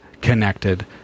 connected